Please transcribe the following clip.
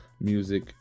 music